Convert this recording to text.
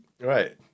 Right